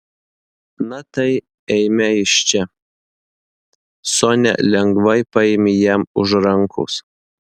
na tai eime iš čia sonia lengvai paėmė jam už rankos